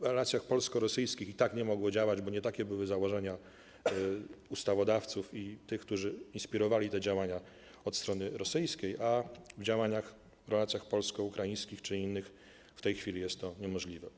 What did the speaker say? W relacjach polsko-rosyjskich i tak nie mogło działać, bo nie takie były założenia ustawodawców i tych, którzy inspirowali te działania od strony rosyjskiej, a w relacjach polsko-ukraińskich czy innych w tej chwili jest to niemożliwe.